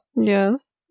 yes